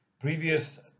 Previous